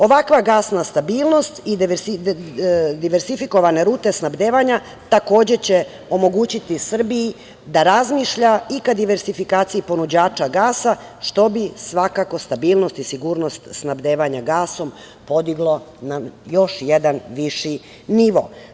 Ovakva gasna stabilnost i diversifikovane rute snabdevanja takođe će omogućiti Srbiji da razmišlja i ka diversifikaciji ponuđača gasa, što bi svakako stabilnost i sigurnost snabdevanja gasom podiglo na još jedan viši nivo.